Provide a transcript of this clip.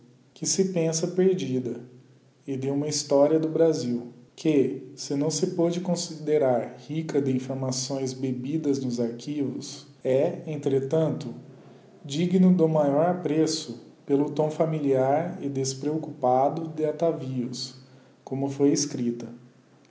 que se pensa perdida e de uma historia do brasil que se não se pôde considerar rica de informações bebidas nos archivos é entretanto digno do maior apreço pelo tom familiar e despreoccupado de atavios como foi escripta